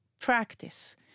practice